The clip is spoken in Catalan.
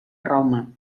roma